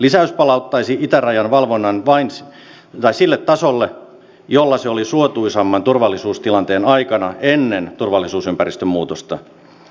lisäys palauttaisi itärajan valvonnan sille tasolle jolla se oli suotuisamman turvallisuustilanteen aikana ennen turvallisuusympäristön muutosta